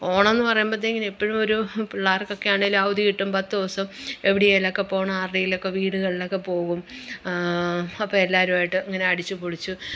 ഓണം എന്നു പറയുമ്പോഴത്തേക്കും എപ്പോഴും ഒരു പിള്ളേർക്കൊക്കെയാണേൽ അവധി കിട്ടും പത്തു ദിവസം എവിടെയെങ്കിലൊക്കെ പോകണം ആരുടെയേലൊക്കെ വീടുകളിലൊക്കെ പോകും അപ്പെല്ലാവരുമായിട്ട് ഇങ്ങനെ അടിച്ചും പൊളിച്ചും